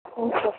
ம் சரி